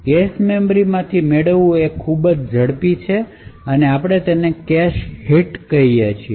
cache મેમરીમાંથી મેળવવું એ ખૂબ ઝડપી છે અને આપણે તેને કેશ હિટ કહીએ છીએ